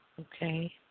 Okay